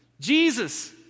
Jesus